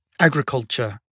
agriculture